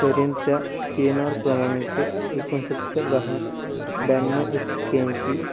पर्यंतच्या P N R क्रमांक एकोणसत्तर दहा ब्याण्णव एक्याऐंशी